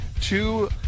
two